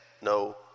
no